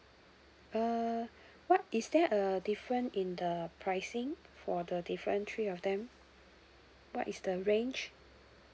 uh what is there uh different in the pricing for the different three of them what is the range